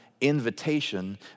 invitation